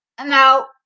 Now